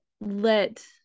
let